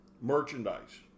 merchandise